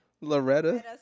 Loretta